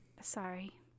Sorry